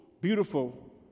beautiful